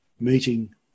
meeting